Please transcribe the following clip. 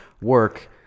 work